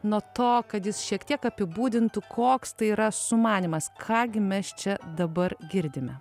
nuo to kad jis šiek tiek apibūdintų koks tai yra sumanymas ką gi mes čia dabar girdime